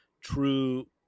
true